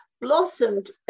blossomed